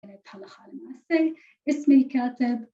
תלו חלומוסי, ישמי כתב